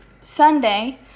Sunday